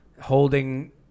holding